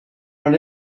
run